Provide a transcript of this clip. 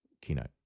keynote